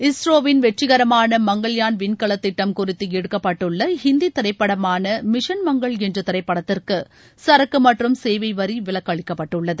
இஸ்ரோவின் வெற்றிரகமான மங்கள்யான் விண்கல திட்டம் குறித்து எடுக்கப்பட்டுள்ள ஹிந்தி திரைப்படமான மிஷன் மங்கள் என்ற திரைப்படத்திற்கு சரக்கு மற்றும் சேவை வரி விலக்கு அளிக்கப்பட்டுள்ளது